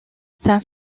saint